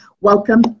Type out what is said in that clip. welcome